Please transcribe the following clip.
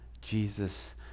Jesus